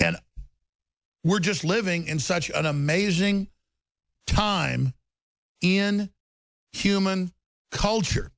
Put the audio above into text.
and we're just living in such an amazing time in human culture